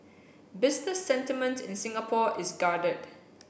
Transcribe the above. business sentiment in Singapore is guarded